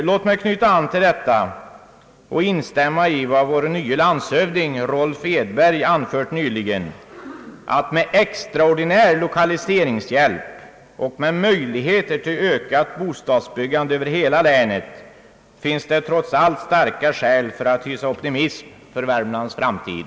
Låt mig knyta an till detta och instämma i vad vår nye landshövding Rolf Edberg nyligen har anfört, nämligen att det med extraordinär lokaliseringshjälp och med möjligheter till ökat bostadsbyggande över hela länet trots allt finns starka skäl för att hysa optimism för Värmlands framtid.